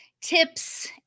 tips